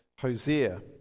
Hosea